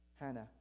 Hannah